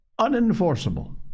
unenforceable